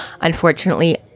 unfortunately